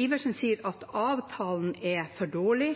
Iversen sier at avtalen er for dårlig,